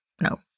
No